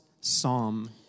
psalm